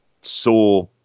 saw